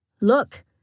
Look